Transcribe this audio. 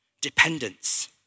Dependence